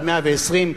עד מאה-ועשרים,